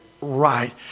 right